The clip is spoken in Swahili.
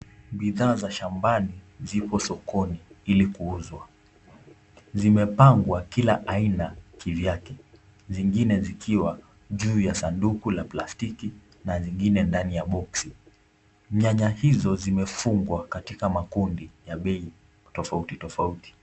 Bidhaa za shambani ziko sokoni ilikuuzwa zimepangwa kila aina kivyake, zingine zikiwa juu ya sanduku la plastiki na zingine ndani ya boxi, nyanya hizo zimefungwa katika makundi ya bei tofauti tofauti.